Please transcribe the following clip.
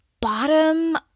bottom